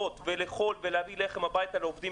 להביא אוכל הביתה ולשרוד,